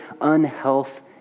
unhealth